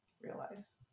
realize